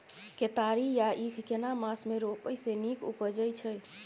केतारी या ईख केना मास में रोपय से नीक उपजय छै?